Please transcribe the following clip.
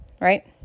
right